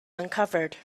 uncovered